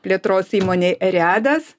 plėtros įmonei eriadas